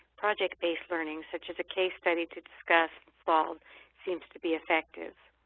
project-based learning such as a case study to discuss seems to be effective.